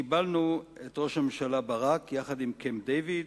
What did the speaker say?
קיבלנו את ראש הממשלה ברק יחד עם קמפ-דייוויד,